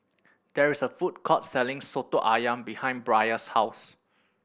there is a food court selling Soto Ayam behind Bria's house